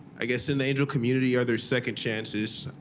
i guess, in the angel community, are there second chances?